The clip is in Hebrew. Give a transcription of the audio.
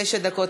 תשע דקות,